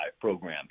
program